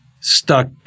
stuck